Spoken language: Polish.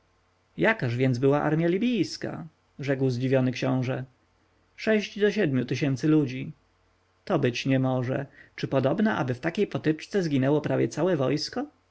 jakaż więc była armja libijska rzekł zdziwiony książę sześć do siedmiu tysięcy ludzi to być nie może czy podobna aby w takiej potyczce zginęło prawie całe wojsko